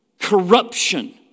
corruption